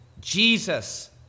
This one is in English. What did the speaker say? Jesus